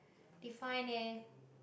define leh